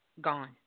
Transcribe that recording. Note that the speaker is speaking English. Gone